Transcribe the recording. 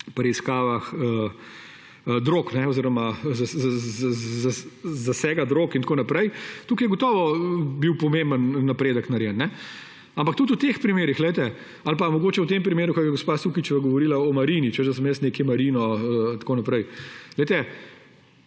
preiskavah drog oziroma zasega drog in tako naprej. Tukaj je gotovo bil pomemben napredek narejen. Ampak tudi v teh primerih ali pa mogoče v tem primeru, ko je gospa Sukič govorila o Marini, češ, da sem jaz nekaj Marino in tako naprej.